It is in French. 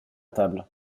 table